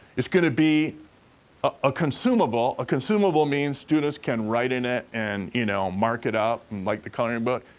it's gonna be a consumable. a consumable means students can write in it and you know mark it up, like the coloring book.